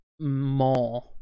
more